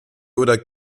oder